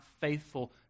faithful